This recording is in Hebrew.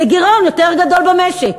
לגירעון יותר גדול במשק.